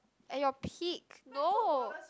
at your peak no